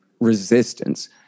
resistance